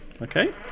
Okay